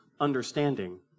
understanding